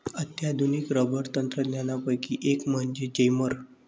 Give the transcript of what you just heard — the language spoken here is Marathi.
अत्याधुनिक रबर तंत्रज्ञानापैकी एक म्हणजे जेमर